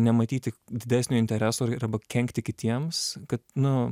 nematyti didesnio intereso ir arba kenkti kitiems kad nu